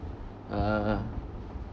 uh